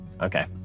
okay